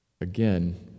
Again